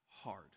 hard